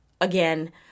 again